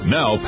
Now